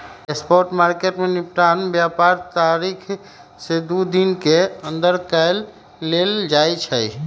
spot market में निपटान व्यापार तारीख से दू दिन के अंदर कऽ लेल जाइ छइ